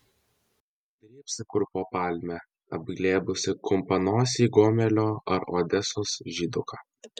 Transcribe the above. drybsai kur po palme apglėbusi kumpanosį gomelio ar odesos žyduką